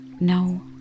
No